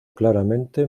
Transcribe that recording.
claramente